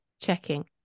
checking